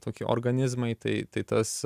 toki organizmai tai tai tas